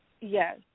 Yes